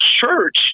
church